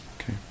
Okay